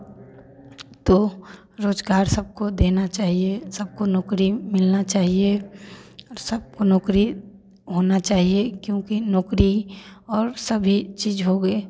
तो रोज़गार सबको देना चाहिए सबको नौकरी मिलना चाहिए और सबको नौकरी होना चाहिए क्योंकि नौकरी और सभी चीज़ होगे